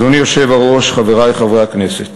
אדוני היושב-ראש, חברי חברי הכנסת,